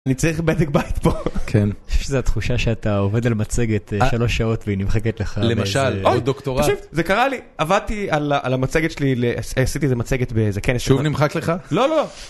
אני צריך בדק בית פה, כן, יש איזה תחושה שאתה עובד על מצגת שלוש שעות והיא נמחקת לך, למשל, או דוקטורט, זה קרה לי, עבדתי על המצגת שלי, עשיתי איזה מצגת באיזה כנס, שוב נמחק לך? לא, לא.